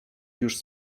już